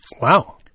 Wow